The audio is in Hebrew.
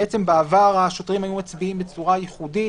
בעבר השוטרים היו מצביעים בצורה ייחודית,